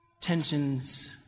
tensions